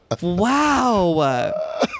wow